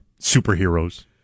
superheroes